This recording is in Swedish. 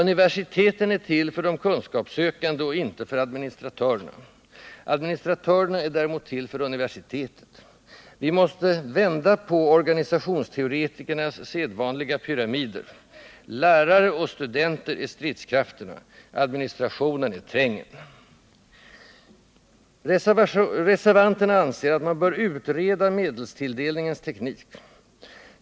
Universiteten är till för de kunskapssökande och inte för administratörerna. Administratörerna är däremot till för universiteten. Vi måste vända på organisationsteoretikernas sedvanliga pyramider. Lärare och studenter är stridskrafterna. Administrationen är trängen. Reservanterna anser att man bör utreda medelstilldelningens teknik.